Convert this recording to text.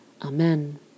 Amen